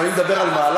אבל אני מדבר על מהלך.